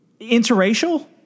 Interracial